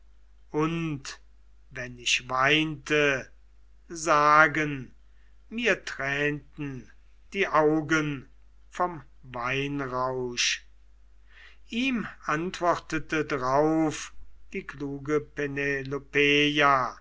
und wenn ich weinte sagen mir tränten die augen vom weinrausch ihm antwortete drauf die kluge